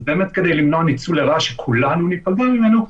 זה באמת כדי למנוע ניצול לרעה שכולנו ניפגע ממנו,